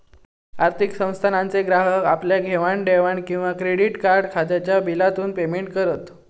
आर्थिक संस्थानांचे ग्राहक आपल्या घेवाण देवाण किंवा क्रेडीट कार्ड खात्याच्या बिलातून पेमेंट करत